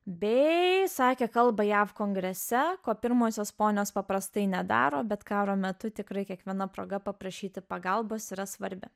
bei sakė kalbą jav kongrese ko pirmosios ponios paprastai nedaro bet karo metu tikrai kiekviena proga paprašyti pagalbos yra svarbi